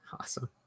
Awesome